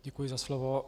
Děkuji za slovo.